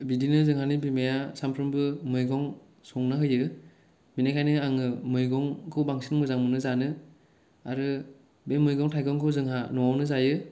बिदिनो जोंहानि बिमाया सानफ्रोमबो मैगं संनो होयो बेनिखायनो आङो मैगंखौ बांसिन मोजां मोनो जानो आरो बे मैगं थाइगंखौ जोंहा नआवनो जायो